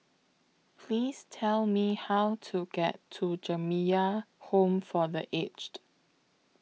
Please Tell Me How to get to Jamiyah Home For The Aged